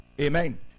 Amen